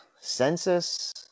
census